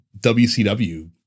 WCW